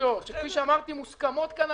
אני רוצה העדפה מתקנת.